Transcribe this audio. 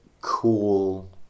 cool